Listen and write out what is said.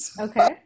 okay